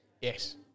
Yes